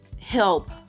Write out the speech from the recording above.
help